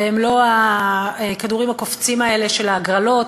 והן לא הכדורים הקופצים האלה של ההגרלות,